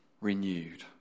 renewed